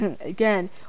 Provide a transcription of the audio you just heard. again